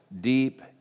deep